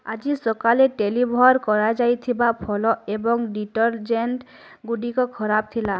ଆଜି ସକାଳେ ଡେଲିଭର୍ କରାଯାଇଥିବା ଫଳ ଏବଂ ଡିଟର୍ଜେଣ୍ଟ୍ଗୁଡ଼ିକ ଖରାପ ଥିଲା